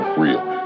real